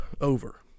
over